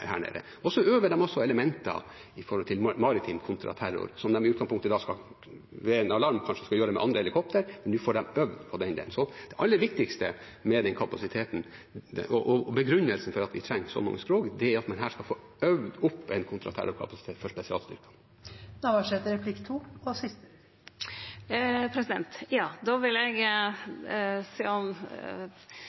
her nede. De øver også på elementer når det gjelder maritim kontraterror, som de ved en alarm i utgangspunktet kanskje skal gjøre utføre med andre helikoptre, nå får de øvd på den delen. Det aller viktigste med denne kapasiteten og begrunnelsen for at vi trenger så mange skrog, er at man her skal få øvd opp en kontraterrorkapasitet for spesialstyrkene. Når forsvarsministeren er så tydeleg på at ein treng så mange skrog for å øve og trene og vere klar, vil